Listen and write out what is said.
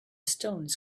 stones